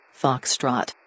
Foxtrot